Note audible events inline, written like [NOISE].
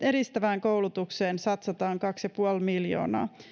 [UNINTELLIGIBLE] edistävään koulutukseen satsataan kaksi pilkku viisi miljoonaa